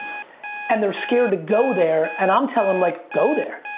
and they're scared to go there, and i'm telling em, like go there.